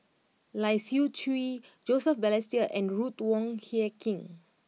Lai Siu Chiu Joseph Balestier and Ruth Wong Hie King